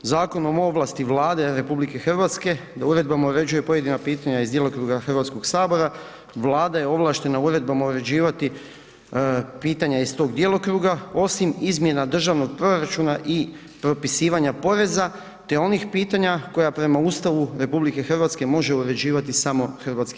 Zakonom o ovlasti Vlade Republike Hrvatske da uredbama uređuje pojedinačna pitanja iz djelokruga Hrvatskoga sabora, Vlada je ovlaštena uredbama uređivati pitanja iz tog djelokruga, osim izmjena državnog proračuna i propisivanja poreza te onih pitanja, koja prema Ustavu RH može uređivati samo HS.